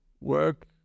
work